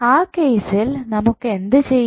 ആ കേസിൽ നമുക്ക് എന്ത് ചെയ്യാം